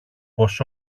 πως